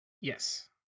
Yes